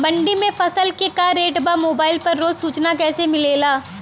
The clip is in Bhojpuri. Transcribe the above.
मंडी में फसल के का रेट बा मोबाइल पर रोज सूचना कैसे मिलेला?